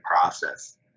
process